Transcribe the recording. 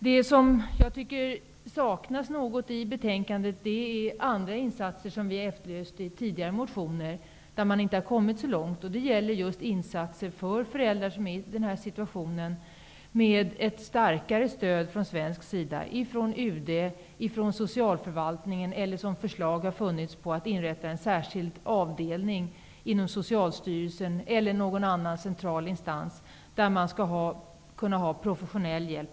Det som jag tycker saknas något i betänkandet och där man inte har kommit så långt är, som vi i tidigare motioner har efterlyst, just insatser för ett starkare stöd från svensk sida -- UD, socialförvaltningen eller, som har föreslagits, inrättande av en avdelning inom Socialstyrelsen eller någon annan central instans -- för att ge professionell hjälp till föräldrar som befinner sig i denna situation.